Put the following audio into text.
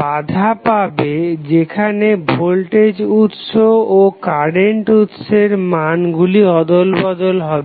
বাধা পাবে যেখানে ভোল্টেজ উৎস ও কারেন্ট উৎসের মান গুলি অদল বদল হবে